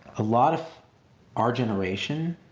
a lot of our generation,